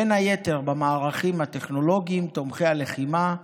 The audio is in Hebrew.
בין היתר במערכים הטכנולוגיים, תומכי הלחימה,